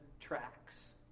Tracks